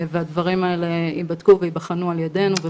הדברים האלה ייבדקו וייבחנו על ידנו.